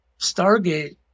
stargate